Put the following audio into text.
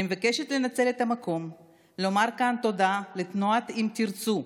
אני מבקשת לנצל את המקום לומר כאן תודה לתנועת אם תרצו,